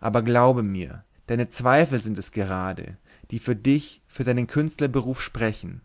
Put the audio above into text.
aber glaube mir deine zweifel sind es gerade die für dich für deinen künstlerberuf sprechen